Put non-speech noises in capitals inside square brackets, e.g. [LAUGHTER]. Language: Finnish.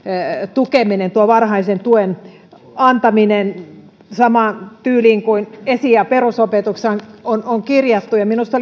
tukeminen varhaisen tuen antaminen samaan tyyliin kuin esi ja perusopetuksessa on on kirjattu minusta [UNINTELLIGIBLE]